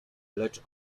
lecz